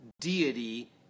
deity